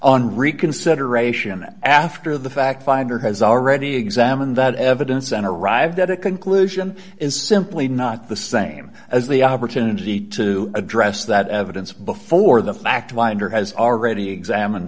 reconsideration that after the fact finder has already examined that evidence and arrived at a conclusion is simply not the same as the opportunity to address that evidence before the fact finder has already examined